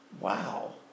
wow